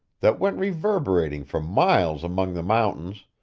that went reverberating for miles among the mountains,